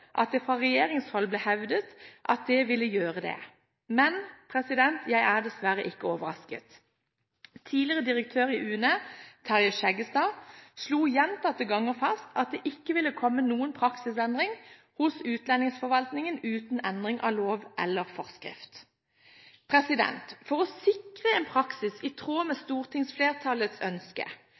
at det fra regjeringshold ble hevdet at det ville gjøre det. Men jeg er dessverre ikke overrasket. Tidligere direktør i UNE, Terje Sjeggestad, slo gjentatte ganger fast at det ikke ville komme noen praksisendring hos utlendingsforvaltningen uten endring av lov eller forskrift. For å sikre en praksis i tråd med stortingsflertallets ønske,